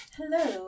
Hello